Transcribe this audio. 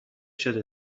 شده